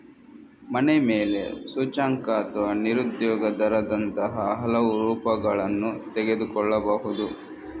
ಮನೆ ಬೆಲೆ ಸೂಚ್ಯಂಕ ಅಥವಾ ನಿರುದ್ಯೋಗ ದರದಂತಹ ಹಲವು ರೂಪಗಳನ್ನು ತೆಗೆದುಕೊಳ್ಳಬಹುದು